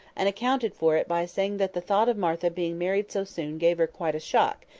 and accounted for it by saying that the thought of martha being married so soon gave her quite a shock,